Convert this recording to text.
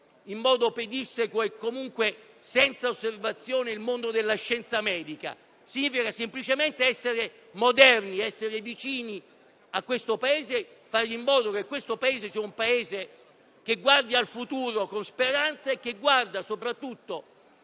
in modo pedissequo e comunque senza osservazione il mondo della scienza medica; significa semplicemente essere moderni, vicini al Paese, far in modo che esso guardi al futuro con speranza e che miri soprattutto